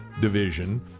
Division